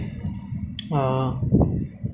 in order to ya to